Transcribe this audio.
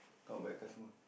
kao bei customer